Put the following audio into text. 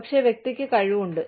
പക്ഷേ വ്യക്തിക്ക് കഴിവുണ്ട്